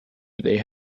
they